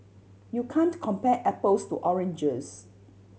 you can't compare apples to oranges